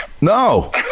No